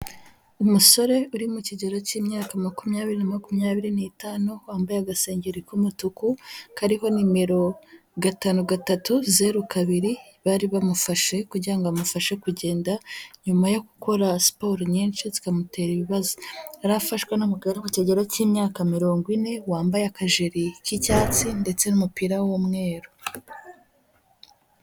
Umusore uri mu kigero cy'imyaka makumyabiri na makumyabiri n'itanu, wambaye agasengeri k'umutuku, kariho nimero gatanu gatatu zeru kabiri bari bamufashe, kugira bamufashe kugenda nyuma yo gukora siporo nyinshi zikamutera ibibazo. Yari afashwe n'umugabo uri mu kigero cy'imyaka mirongo ine, wambaye akajiri k'icyatsi, ndetse n'umupira w'umweru.